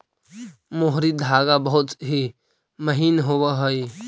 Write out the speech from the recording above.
मोहरी धागा बहुत ही महीन होवऽ हई